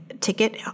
ticket